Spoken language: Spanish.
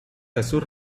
jesús